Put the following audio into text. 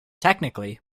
technically